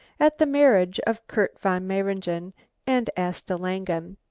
at the marriage of kurt von mayringen and asta langen.